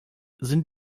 sind